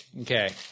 Okay